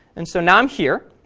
and so now i'm here,